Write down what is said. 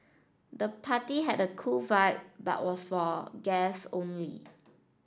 the party had a cool vibe but was for guests only